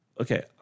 okay